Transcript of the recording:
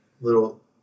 little